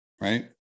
right